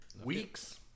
Weeks